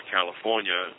California